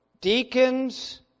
Deacons